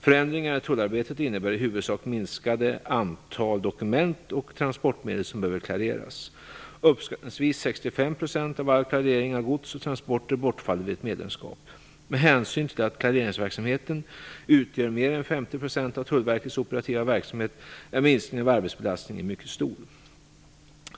Förändringarna i tullarbetet innebär i huvudsak minskade antal dokument och transportmedel som behöver klareras. Uppskattningsvis 65 % av all klarering av gods och transporter bortfaller vid ett EU-medlemskap. Med hänsyn till att klareringsverksamheten utgör mer än 50 % av Tullverkets operativa verksamhet är minskningen av arbetsbelastningen mycket stor.